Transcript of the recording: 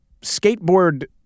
skateboard